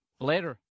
Later